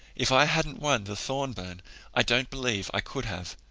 if i hadn't won the thorburn i don't believe i could have.